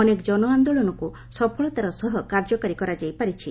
ଅନେକ ଜନ ଆନ୍ଦୋଳନକ୍ର ସଫଳତାର ସହ କାର୍ଯ୍ୟକାରୀ କରାଯାଇପାରିଛି